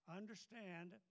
understand